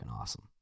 awesome